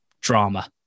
drama